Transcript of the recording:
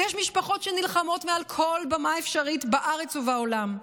ויש משפחות שנלחמות מעל כל במה אפשרית בארץ ובעולם,